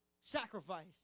sacrifice